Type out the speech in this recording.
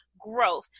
growth